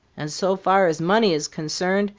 and so far as money is concerned,